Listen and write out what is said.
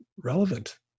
relevant